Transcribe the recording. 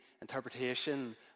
interpretation